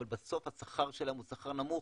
אבל בסוף השכר שלהם הוא שכר נמוך,